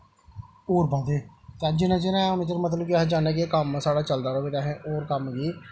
होर बधै ते अस जिन्ने चिर हैन न उन्ने चिर मतलब कि अस चाह्न्ने आं कि कम्म साढ़ा चलदा रवै जेह्ड़ा अस होर कम्म गी